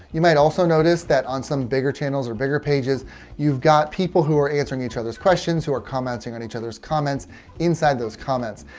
you might also notice that on some bigger channels or bigger pages you've got people who are answering each other's questions, who are commenting on each other's comments inside those comments.